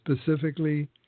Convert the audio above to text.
specifically